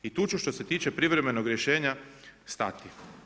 I tu ću što se tiče privremenog rješenja stati.